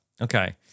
Okay